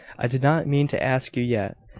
i did not mean to ask you yet.